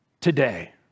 today